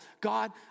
God